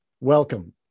welcome